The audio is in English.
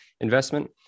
investment